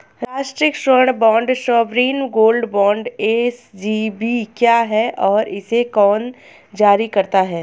राष्ट्रिक स्वर्ण bond sovereign gold bond SGB क्या है और इसे कौन जारी करता है?